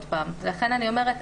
לכן אני אומרת,